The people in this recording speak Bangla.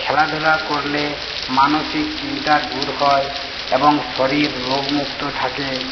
খেলাধূলা করলে মানসিক চিন্তা দূর হয় এবং শরীর রোগমুক্ত থাকে